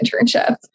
internship